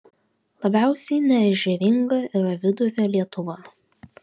labiausiai neežeringa yra vidurio lietuva